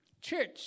Church